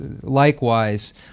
likewise